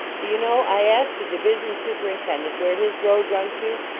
do you know, i asked a division superin tendent where his road run to,